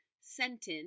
sentence